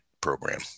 program